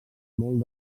molt